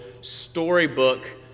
storybook